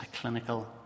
clinical